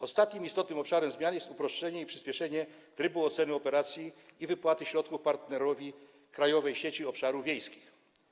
Ostatnim istotnym obszarem zmian jest uproszczenie i przyspieszenie trybu oceny operacji i wypłaty środków partnerowi Krajowej Sieci Obszarów Wiejskich.